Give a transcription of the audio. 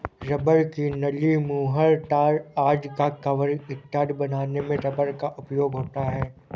rubber की नली, मुहर, तार आदि का कवरिंग इत्यादि बनाने में रबर का उपयोग होता है